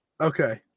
Okay